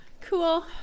cool